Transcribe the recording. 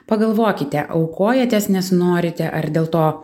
pagalvokite aukojatės nes norite ar dėl to